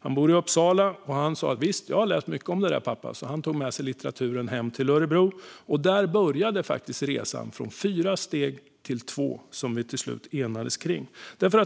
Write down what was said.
Han bor i Uppsala. Han sa att han hade läst mycket om detta och tog med sig litteraturen hem till Örebro. Där började faktiskt resan från fyra steg till två, som vi till slut enades om.